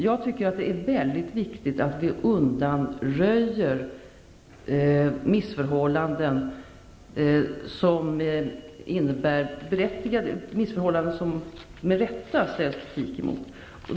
Jag tycker att det är väldigt viktigt att vi undanröjer missförhållanden som det med rätta riktas kritik mot.